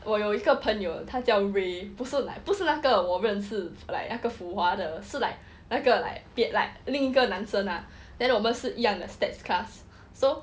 我有一个朋友他叫 ray 不是 like 不是那个我认识 like 那个 fuhua 的是 like 那个 like okay like 另一个男生 lah then 我们是一样的 stats class so